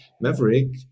Maverick